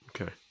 Okay